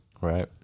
Right